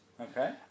okay